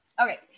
Okay